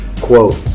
quote